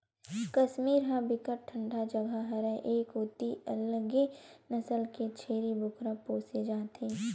कस्मीर ह बिकट ठंडा जघा हरय ए कोती अलगे नसल के छेरी बोकरा पोसे जाथे